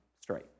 straight